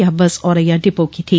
यह bus Auraiya depot की थी